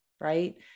right